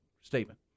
statement